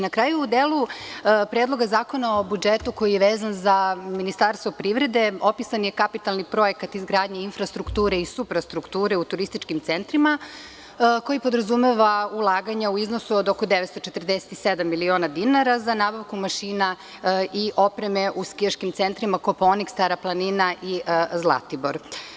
Na kraju, u delu Predloga zakona o budžetu koji je vezan za Ministarstvo privrede opisan je kapitalni projekat izgradnje infrastrukture i suprastrukture u turističkim centrima, koji podrazumeva ulaganja u iznosu oko 947 miliona dinara za nabavku mašina i opreme u skijaškim centrima Kopaonik, Stara planina i Zlatibor.